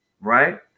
right